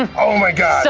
um oh my god. so